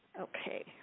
Okay